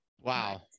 Wow